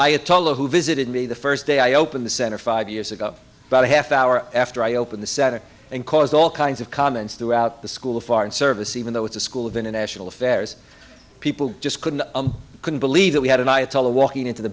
the who visited me the first day i open the center five years ago about a half hour after i opened the center and caused all kinds of comments throughout the school of foreign service even though it's a school of international affairs people just couldn't couldn't believe that we had an ayatollah walking into the